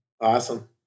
Awesome